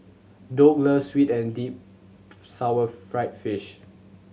Doug loves sweet and deep sour deep fried fish